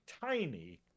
tiny